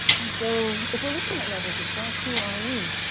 and so if we're looking at levels of self, who are we?